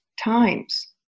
times